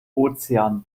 ozean